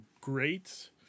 great